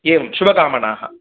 एवम् शुभकामणाः